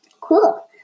Cool